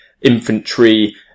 infantry